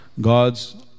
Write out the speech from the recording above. gods